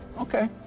okay